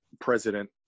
president